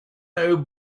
who